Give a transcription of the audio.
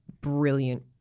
brilliant